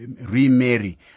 remarry